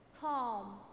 calm